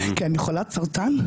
כי אני חולת סרטן,